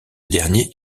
dernier